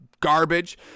Garbage